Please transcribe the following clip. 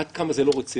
עד כמה זה לא רציני.